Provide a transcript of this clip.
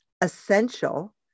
essential